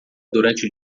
durante